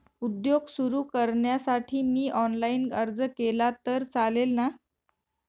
उद्योग सुरु करण्यासाठी मी ऑनलाईन अर्ज केला तर चालेल ना?